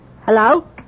Hello